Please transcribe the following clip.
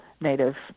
Native